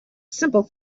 simple